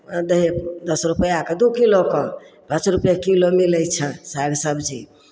दै हइ दस रुपैआके दू किलोके पाँच रुपैए किलो मिलै छै साग सबजी